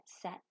set